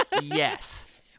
Yes